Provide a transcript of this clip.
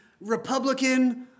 Republican